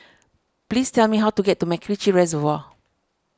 please tell me how to get to MacRitchie Reservoir